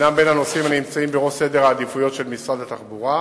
בין הנושאים הנמצאים בראש סדר העדיפויות של משרד התחבורה.